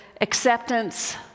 acceptance